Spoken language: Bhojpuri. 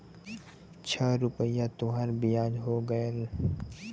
छह रुपइया तोहार बियाज हो गएल